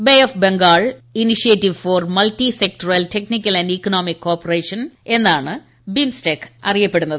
bay of Bengal initiative for multi sectoral technical and economic corporation ആണ് BIMSTEC എന്ന് അറിയപ്പെടുന്നത്